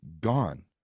gone